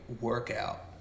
workout